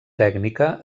tècnica